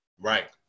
Right